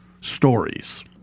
stories